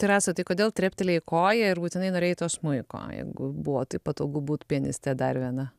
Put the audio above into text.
tai rasa tai kodėl treptelėjai koja ir būtinai norėjai to smuiko jeigu buvo taip patogu būt pianiste dar viena